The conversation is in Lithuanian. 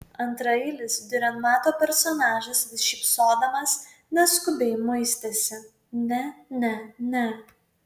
antraeilis diurenmato personažas vis šypsodamas neskubiai muistėsi ne ne ne